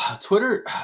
Twitter